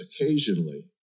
occasionally